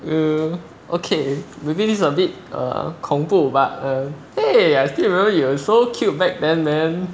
err okay maybe this a bit err 恐怖 but err !hey! I still remember you are so cute back then then